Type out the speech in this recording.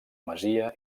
masia